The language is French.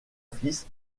fils